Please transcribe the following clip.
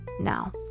Now